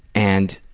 and